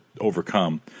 overcome